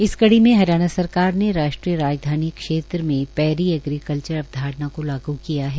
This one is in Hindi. इस कड़ी में हरियाणा सरकार ने राष्ट्रीय राजधानी क्षेत्र में पैरी एग्रीकल्चर अवधारणा को लागू किया है